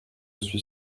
suis